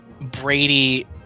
brady